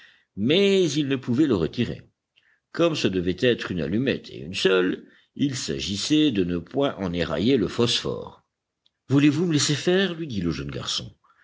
mais ils ne pouvaient le retirer comme ce devait être une allumette et une seule il s'agissait de ne point en érailler le phosphore voulez-vous me laisser faire lui dit le jeune garçon